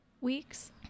weeks